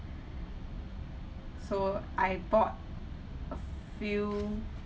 so I bought a few